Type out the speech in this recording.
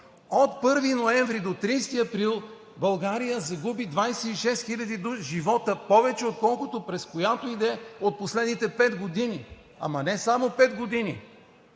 От 1 ноември до 30 април България загуби 26 хиляди живота повече, отколкото през която и да е от последните пет години. Ама не само пет години!